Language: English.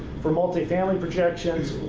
for multifamily projections,